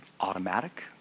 automatic